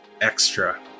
extra